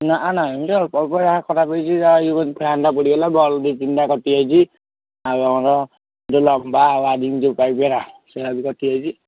ନାହିଁ ନାହିଁ ଏମିତି ଅଳ୍ପ ଅଳ୍ପ ଯାହା ଖରାପ ହେଇଛି ଯାହା ଇଏ ଫ୍ୟାନ୍ଟା ପୋଡ଼ିଗଲା ବଲ୍ ଦୁଇ ତିନିଟା କଟିଯାଇଛି ଆଉ ଆମର ଯେଉଁ ଲମ୍ବା ଓୟାରିଂ ଯେଉଁ ପାଇପ୍ ଗୁରା ସେଇରା ବି କଟିଯାଇଛି